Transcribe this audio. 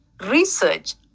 Research